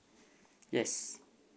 yes